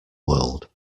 world